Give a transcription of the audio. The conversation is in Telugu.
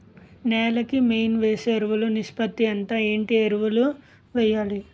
నేల కి మెయిన్ వేసే ఎరువులు నిష్పత్తి ఎంత? ఏంటి ఎరువుల వేయాలి?